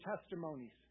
testimonies